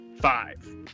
five